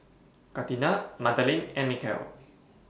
Catina Madalyn and Mikel